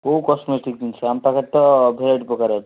କୋଉ କସମେଟିକ୍ ଜିନିଷ ଆମ ପାଖରେ ତ ଭେରାଇଟି ପ୍ରକାର ଅଛି